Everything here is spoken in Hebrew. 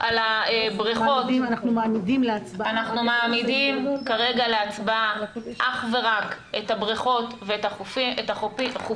אנחנו מעמידים כרגע להצבעה אך ורק את הבריכות והחופים,